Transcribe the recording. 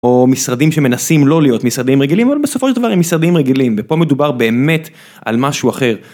או משרדים שמנסים לא להיות משרדים רגילים אבל בסופו של דבר הם משרדים רגילים ופה מדובר באמת על משהו אחר.